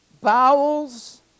Bowels